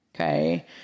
Okay